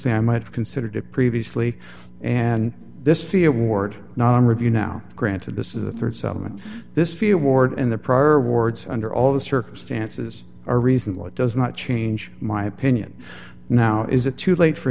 might consider to previously and this fee award nominee view now granted this is the rd settlement this fear ward in the prior wards under all the circumstances are reasonable it does not change my opinion now is it too late for